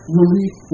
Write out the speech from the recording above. relief